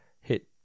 Hit